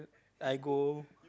I go